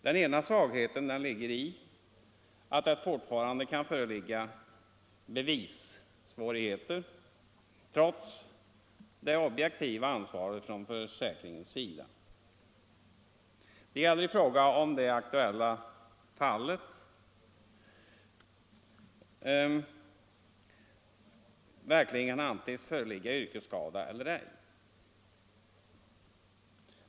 Den ena svagheten ligger i att det fortfarande kan föreligga bevissvårigheter trots det objektiva ansvaret från försäkringens sida. Det gäller frågan om det i det aktuella fallet verkligen kan anses föreligga yrkesskada eller ej.